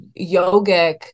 yogic